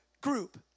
group